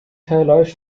verläuft